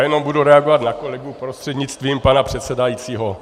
Jenom budu reagovat na kolegu prostřednictvím pana předsedajícího.